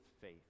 faith